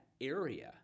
area